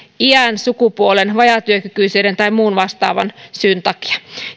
iän sukupuolen vajaatyökykyisyyden tai muun vastaavan syyn takia